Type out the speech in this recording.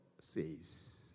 says